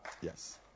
yes